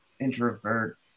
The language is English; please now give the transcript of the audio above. introvert